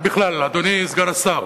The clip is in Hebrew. בכלל, אדוני סגן השר,